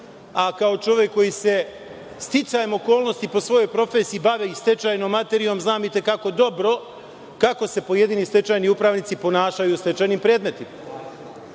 Kao čovek koji se, sticajem okolnosti, po svojoj profesiji bavio i stečajnom materijom, znam i te kako dobro kako se pojedini stečajni upravnici ponašaju u stečajnim predmetima. Na